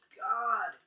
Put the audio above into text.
God